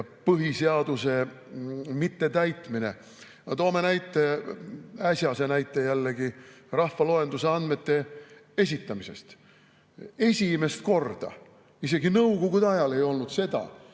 põhiseaduse mittetäitmine. Toome näite, jälle ühe äsjase näite, rahvaloenduse andmete esitamisest. Esimest korda – isegi nõukogude ajal ei olnud sedasi